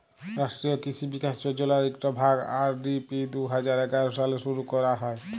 রাষ্ট্রীয় কিসি বিকাশ যজলার ইকট ভাগ, আর.এ.ডি.পি দু হাজার এগার সালে শুরু ক্যরা হ্যয়